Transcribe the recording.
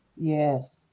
Yes